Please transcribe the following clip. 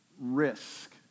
risk